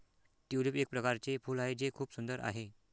tulip एक प्रकारचे फूल आहे जे खूप सुंदर आहे